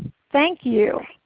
thank you.